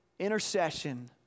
intercession